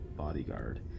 bodyguard